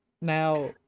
Now